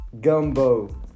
Gumbo